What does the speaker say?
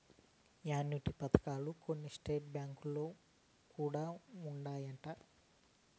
annuity పథకాలు కొన్ని state బ్యాంకులో కూడా ఉన్నాయంట